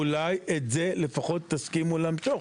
אולי את זה לפחות תסכימו לעצור,